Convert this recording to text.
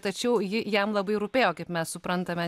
tačiau ji jam labai rūpėjo kaip mes suprantame